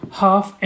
half